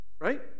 Right